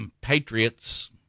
patriots